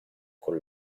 con